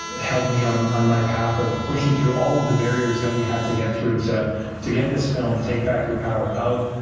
helped me on on my path of pushing through all of the barriers that we had to get through to to get this film, take back your power, out.